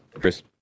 Chris